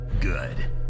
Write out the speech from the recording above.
Good